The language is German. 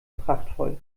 prachtvoll